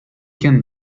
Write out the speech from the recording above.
can